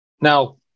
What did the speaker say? Now